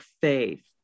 faith